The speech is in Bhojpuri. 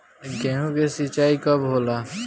गेहूं के सिंचाई कब होला?